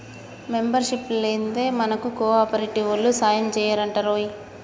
membership లేందే మనకు కోఆపరేటివోల్లు సాయంజెయ్యరటరోయ్